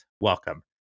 welcome